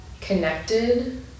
connected